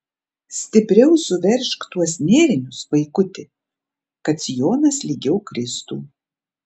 stipriau suveržk tuos nėrinius vaikuti kad sijonas lygiau kristų